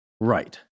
Right